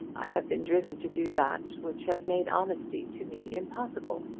i have been driven to do that which has made honesty to me impossible.